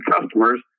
customers